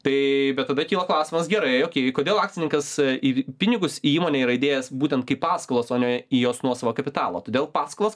tai bet tada kyla klausimas gerai okei kodėl akcininkas į pinigus į įmonę yra įdėjęs būtent kaip paskolas o ne į jos nuosavą kapitalą todėl paskolos